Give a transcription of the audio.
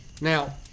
Now